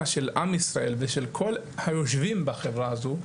של עם ישראל ושל כל היושבים בחברה הזו,